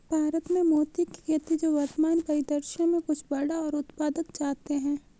भारत में मोती की खेती जो वर्तमान परिदृश्य में कुछ बड़ा और उत्पादक चाहते हैं